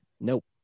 Nope